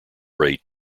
rate